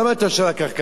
למה אתה יושב על הקרקע?